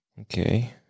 Okay